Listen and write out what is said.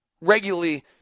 regularly